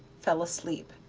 fell asleep,